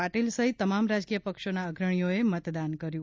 પાટીલ સહિત તમામ રાજકીય પક્ષોના અગ્રણીઓએ મતદાન કર્યુ